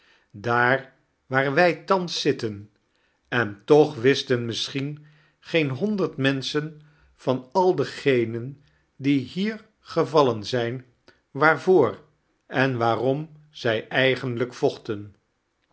daar waar wij thans zitten en tooh wisten misschien geen honderd menschen van al degenen die hier gevallen zijn waarvoor en waarom zij eigenlijk voohten